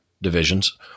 divisions